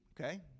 okay